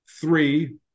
three